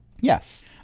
Yes